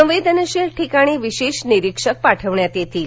संवेदनशील ठिकाणी विशेष निरीक्षक पाठवण्यात येतील